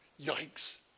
Yikes